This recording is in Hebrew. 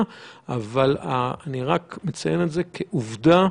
אבל אני רק מציין את זה כעובדה.